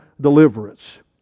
deliverance